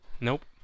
nope